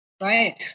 Right